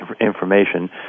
information